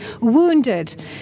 wounded